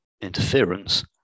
interference